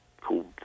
called